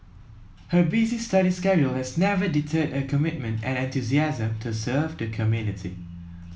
her busy study schedule has never deterred her commitment and enthusiasm to serve the community